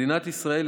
מדינת ישראל,